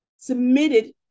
Submitted